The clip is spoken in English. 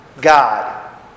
God